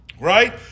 right